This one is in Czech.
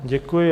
Děkuji.